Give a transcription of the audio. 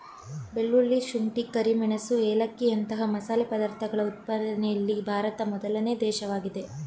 ಬೆಳ್ಳುಳ್ಳಿ, ಶುಂಠಿ, ಕರಿಮೆಣಸು ಏಲಕ್ಕಿಯಂತ ಮಸಾಲೆ ಪದಾರ್ಥಗಳ ಉತ್ಪಾದನೆಯಲ್ಲಿ ಭಾರತ ಮೊದಲನೇ ದೇಶವಾಗಿದೆ